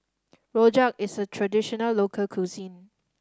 rojak is a traditional local cuisine